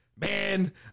Man